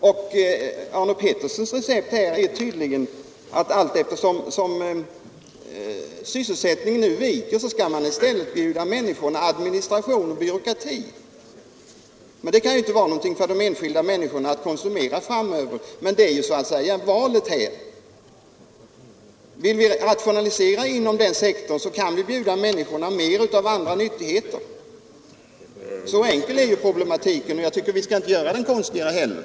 Herr Arne Petterssons recept är tydligen att allteftersom sysselsättningen nu viker skall man i stället bjuda människorna administration och byråkrati. Det kan inte vara något för den enskilda människan att konsumera framöver, men det är det valet gäller. Vill vi rationalisera inom denna sektor så kan vi bjuda människorna mer av andra nyttigheter. Så enkel är problematiken, och jag tycker att vi inte skall göra den konstigare heller.